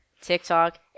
TikTok